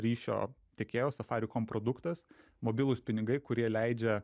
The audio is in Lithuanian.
ryšio tiekėjos safari kom produktas mobilūs pinigai kurie leidžia